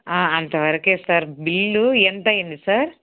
అంతవరకే sir bill ఎంత అయింది సార్